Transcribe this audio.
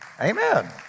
Amen